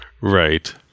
right